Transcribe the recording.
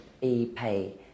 e-pay